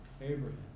Abraham